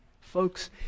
Folks